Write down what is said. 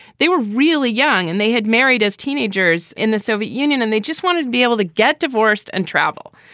they were really young and they had married as teenagers in the soviet union and they just wanted to be able to get divorced and travel.